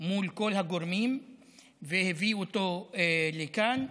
מול כל הגורמים והביא אותו לכאן,